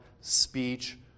speech